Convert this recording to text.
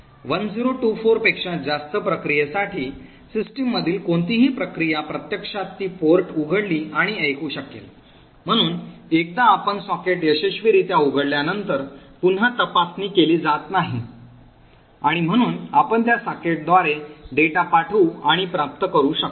1024 पेक्षा जास्त प्रक्रियेसाठी सिस्टीममधील कोणतीही प्रक्रिया प्रत्यक्षात ती port उघडली आणि ऐकू शकेल म्हणून एकदा आपण सॉकेट यशस्वीरित्या उघडल्यानंतर पुन्हा तपासणी केली जात नाही आणि म्हणून आपण त्या सॉकेटद्वारे डेटा पाठवू आणि प्राप्त करू शकता